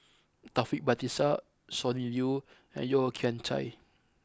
Taufik Batisah Sonny Liew and Yeo Kian Chai